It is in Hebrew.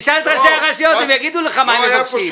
תשאל את ראשי הרשויות והם יאמרו לך מה הם מבקשים.